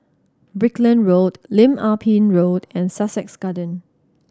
Brickland Road Lim Ah Pin Road and Sussex Garden